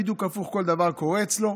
בדיוק הפוך כל דבר קורה אצלו.